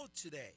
today